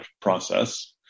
process